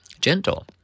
Gentle